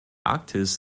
arktis